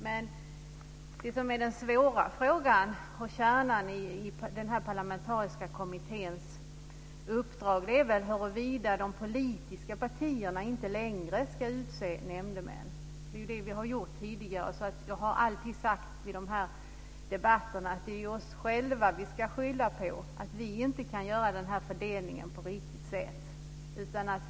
Men den svåra frågan, och kärnan i den parlamentariska kommitténs uppdrag, är huruvida de politiska partierna inte längre ska utse nämndemän. Det är det vi har gjort tidigare. Jag har alltid i de här debatterna sagt att det är oss själva vi ska skylla på, att vi inte kan göra den här fördelningen på ett riktigt sätt.